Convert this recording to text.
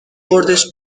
بردش